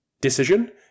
decision